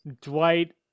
Dwight